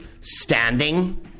standing